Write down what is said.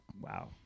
Wow